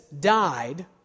died